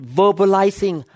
verbalizing